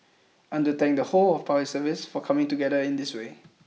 I want to thank the whole of the Public Service for coming together in this way